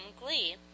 Glee